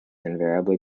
invariably